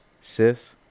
sis